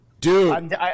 Dude